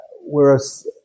whereas